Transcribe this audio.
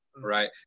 right